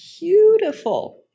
beautiful